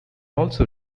also